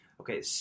Okay